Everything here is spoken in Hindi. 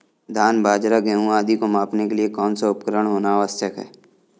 धान बाजरा गेहूँ आदि को मापने के लिए कौन सा उपकरण होना आवश्यक है?